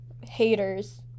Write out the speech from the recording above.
haters